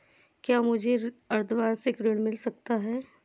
क्या मुझे अर्धवार्षिक ऋण मिल सकता है?